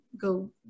go